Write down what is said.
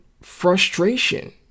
frustration